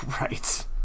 Right